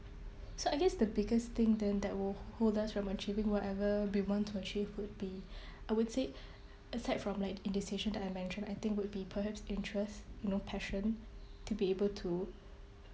so I guess the biggest thing then that will hold us from achieving whatever we want to achieve would be I would say aside from like indecision that I mentioned I think would be perhaps interest you know passion to be able to